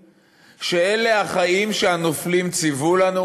אתם בטוחים שאלה החיים שהנופלים ציוו לנו?